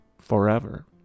forever